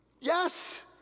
Yes